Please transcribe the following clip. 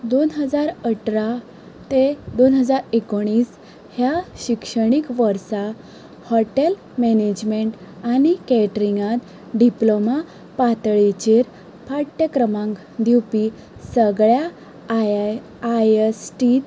दोन हजार अठरा ते दोन हजार एकुणीस ह्या शिक्षणीक वर्सा हॉटेल मॅनेजमेंट आनी कॅटरिंगांत डिप्लोमा पातळेचेर पाठ्यक्रमाक दिवपी सगळ्या आय आय आयएसटींत